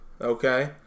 okay